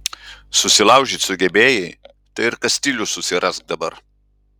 susilaužyt sugebėjai tai ir kastilius susirask dabar